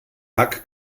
bug